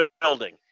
building